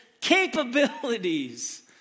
capabilities